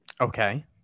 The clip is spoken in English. Okay